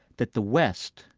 that the west,